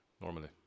normally